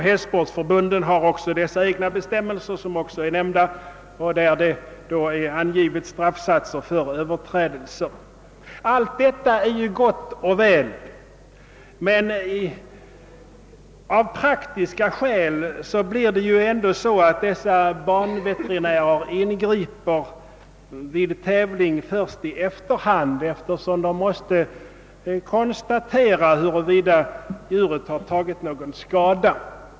Hästsportförbunden har också sina egna bestämmelser där det bl.a. angives straffsatser för överträdelser. Allt detta är gott och väl, men praktiska skäl gör att banveterinären kan ingripa först i efterhand, eftersom han måste konstatera huruvida djuret tagit någon skada.